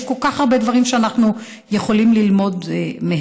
יש כל כך הרבה דברים שאנחנו יכולים ללמוד מהם.